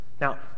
Now